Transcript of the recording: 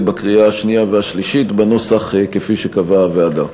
בקריאה השנייה והשלישית בנוסח כפי שקבעה הוועדה.